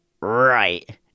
Right